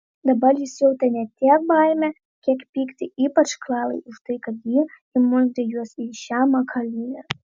dabar jis jautė ne tiek baimę kiek pyktį ypač klarai už tai kad ji įmurkdė juos į šią makalynę